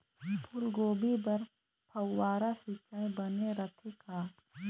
फूलगोभी बर फव्वारा सिचाई बने रथे का?